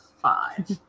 Five